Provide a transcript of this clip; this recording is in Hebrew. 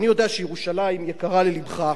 אני יודע שירושלים יקרה ללבך,